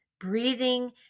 breathing